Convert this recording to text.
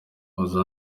baza